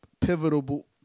pivotal